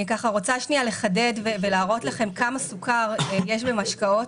אני רוצה לחדד ולהראות לכם כמה סוכר יש במשקאות.